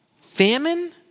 Famine